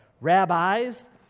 rabbis